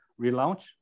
relaunch